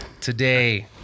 Today